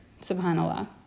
subhanAllah